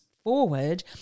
forward